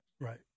Right